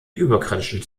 überkritischen